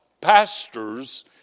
pastors